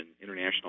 International